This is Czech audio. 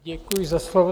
Děkuji za slovo.